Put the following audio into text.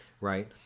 Right